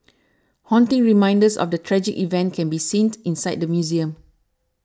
haunting reminders of the tragic event can be seen inside the museum